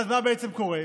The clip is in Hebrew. ואז מה בעצם קורה?